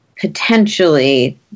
potentially